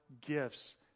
gifts